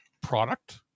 product